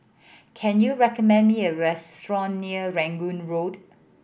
can you recommend me a restaurant near Rangoon Road